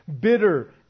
bitter